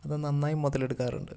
അത് നന്നായി മുതലെടുക്കാറുണ്ട്